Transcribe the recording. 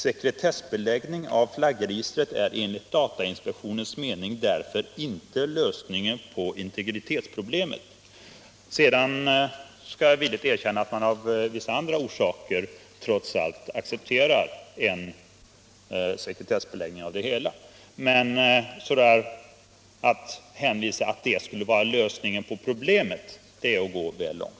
Sekretessbeläggning av flaggregistret är enligt datainspektionens mening därför inte lösningen på integritetsproblemet.” Sedan skall jag villigt erkänna att datainspektionen av vissa andra skäl trots allt accepterar en sekretessbeläggning. Men att hänvisa till att det skulle vara lösningen på problemet är att gå väl långt.